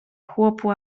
chłopu